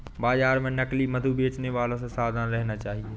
बाजार में नकली मधु बेचने वालों से सावधान रहना चाहिए